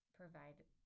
provide